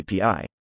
API